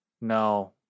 no